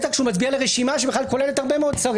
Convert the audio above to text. בטח כשהוא מצביע לרשימה שכוללת הרבה מאוד שרים.